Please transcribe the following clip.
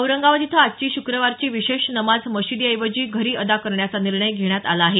औरंगाबाद इथं आजची श्क्रवारची विशेष नमाज मशीदीऐवजी घरी अदा करण्याचा निर्णय घेण्यात आला आहे